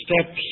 Steps